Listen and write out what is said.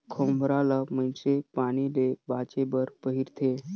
खोम्हरा ल मइनसे पानी ले बाचे बर पहिरथे